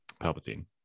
Palpatine